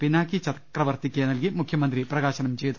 പിനാകി ചക്രവർത്തിക്ക് നൽകി മുഖ്യമന്ത്രി പ്രകാശനം ചെയ്തു